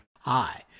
Hi